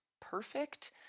perfect